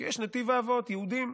כי יש נתיב האבות, יהודים.